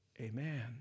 amen